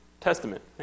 Testament